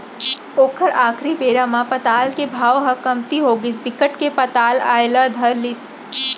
ओखर आखरी बेरा म पताल के भाव ह कमती होगिस बिकट के पताल आए ल धर लिस